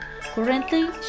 Currently